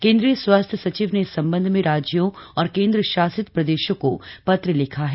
केन्द्रीय स्वास्थ्य सचिव ने इस संबंध में राज्यों और केन्द्रशासित प्रदेशों को पत्र लिखा है